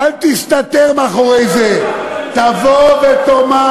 תגיד את זה עוד פעם,